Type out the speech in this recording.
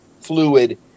fluid